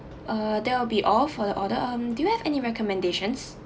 uh that will be all for the order um do you have any recommendations